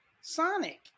Sonic